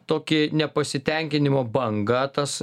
tokį nepasitenkinimo bangą tas